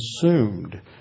consumed